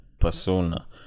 persona